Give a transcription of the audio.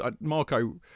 Marco